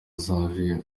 xavier